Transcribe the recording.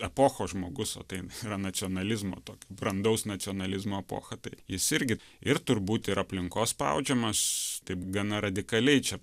epochos žmogus o tai yra nacionalizmo tokio brandaus nacionalizmo epocha tai jis irgi ir turbūt ir aplinkos spaudžiamas taip gana radikaliai čia